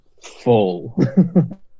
full